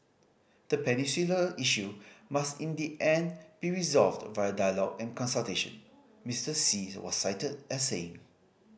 the peninsula issue must in the end be resolved via dialogue and consultation Mister Xi was cited as saying